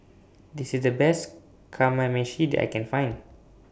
This IS The Best Kamameshi that I Can Find